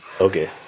Okay